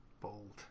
Bold